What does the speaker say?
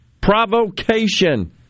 provocation